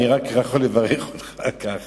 אני רק יכול לברך אותך על כך